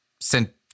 sent